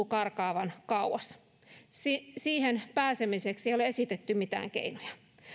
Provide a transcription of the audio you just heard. karkaavan kauas siihen pääsemiseksi ei ole esitetty mitään keinoja